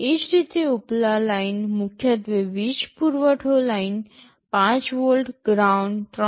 એ જ રીતે ઉપલા લાઇન મુખ્યત્વે વીજ પુરવઠો લાઇનો ૫ વોલ્ટ ગ્રાઉન્ડ ૩